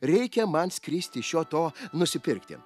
rėkia man skristi šio to nusipirkti